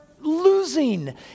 losing